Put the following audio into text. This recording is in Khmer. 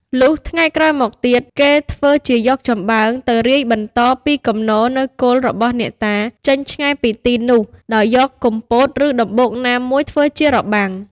លុះថ្ងៃក្រោយមកទៀតគេធ្វើជាយកចំបើងទៅរាយបន្តពីគំនរនៅគល់ របស់អ្នកតាចេញឆ្ងាយពីទីនោះដោយយកគុម្ពោត ឬ ដំបូកណាមួយធ្វើជារបាំង។